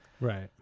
Right